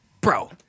bro